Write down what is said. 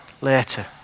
later